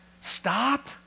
stop